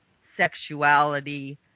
sexuality